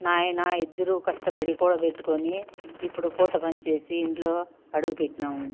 నాయనా ఇద్దరూ కష్టపడి కూడబెట్టుకొని ఇప్పుడు పూత పనిచేసి ఇంట్లో అడుగు పెట్టినాము